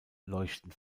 leuchten